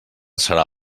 serà